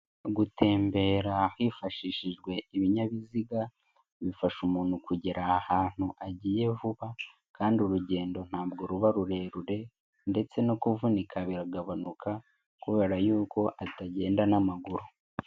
Gutembera hifashishijwe ibinyabiziga bifasha umuntu kugera ahantu agiye vuba, kandi urugendo ntabwo ruba rurerure, ndetse no kuvunika biragabanuka kubera yuko atagenda n'amaguru.